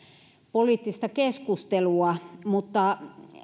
poliittista keskustelua mutta